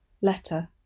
Letter